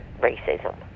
racism